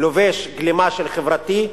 לובש גלימה של חברתי.